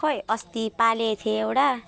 खोइ अस्ति पालेको थिएँ एउटा